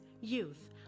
youth